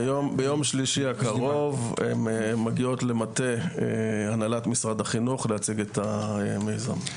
ביום שלישי הקרוב הן מגיעות למטה הנהלת משרד החינוך להציג את המיזם,